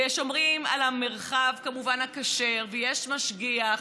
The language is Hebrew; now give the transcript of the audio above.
ושומרים כמובן על המרחב הכשר, ויש משגיח.